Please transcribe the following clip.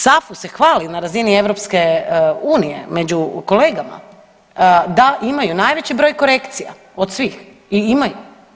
SAFU se hvali na razini EU među kolegama da imaju najveći broj korekcija od svih i imaju.